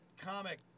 comic